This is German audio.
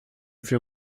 für